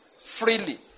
Freely